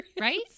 Right